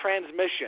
transmission